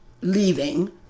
leaving